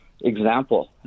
example